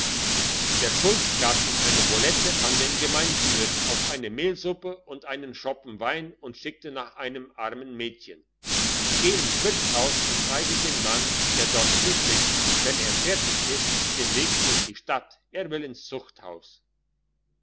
der schulz gab ihm eine bollete an den gemeindswirt auf eine mehlsuppe und einen schoppen wein und schickte nach einem armen mädchen geh ins wirtshaus und zeige dem mann der dort frühstückt wenn er fertig ist den weg und die stadt er will ins zuchthaus